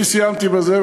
אני סיימתי בזה.